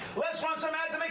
let's run some ads and